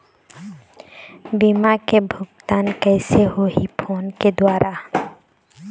बीमा के भुगतान कइसे होही फ़ोन के द्वारा?